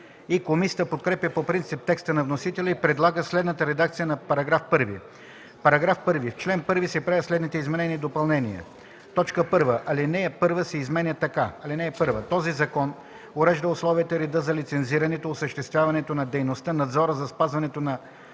Комисията подкрепя по принцип текста на вносителя и предлага следната редакция за § 1: „§ 1. В чл. 1 се правят следните изменения и допълнения: 1. Алинея 1 се изменя така: „(1) Този закон урежда условията и реда за лицензирането, осъществяването на дейността, надзора за спазването на